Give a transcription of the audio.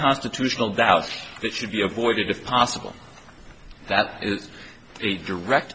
constitutional doubts that should be avoided if possible that is a direct